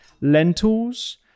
lentils